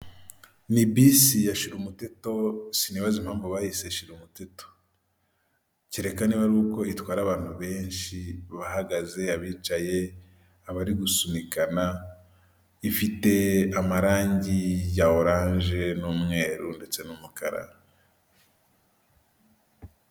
Ni bisi ya shirumuteto sinibaza impamvu bayise shira umuteto kereka niba ari uko itwara abantu benshi bahagaze abicaye abari gusunikana, ifite amarangi ya oranje n'umweru ndetse n'umukara.